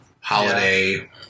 holiday